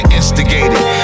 instigated